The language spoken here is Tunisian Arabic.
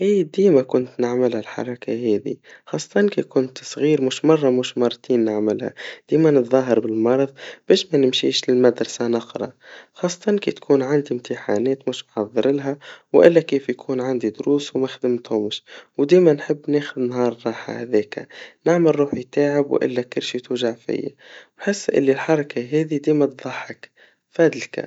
إي ديما كنت نعملها هالحركا هاذي, خاصةً كي كنت صغير, ومش مرا ومش مرتين نعملها, ديما نتظاهر بالمرض, باش ما نمشيش للمدرسا نقرا, خاصةً كي تكون عندي امتحانات مش محضرلها, وإلا كيف يكون عندي دروس, ومخدمتهمش, وديما نحب ناخد نهار راحا هذيكا, نعمل روحي تعب وإلا كرشي توجع فيا, بحس اللي الحركا هذي ديما تضحك, فذلكا.